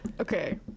Okay